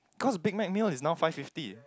cause Big Mac meal is now five fifty